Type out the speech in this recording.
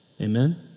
Amen